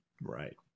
Right